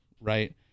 right